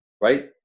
right